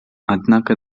однако